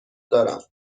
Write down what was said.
دارم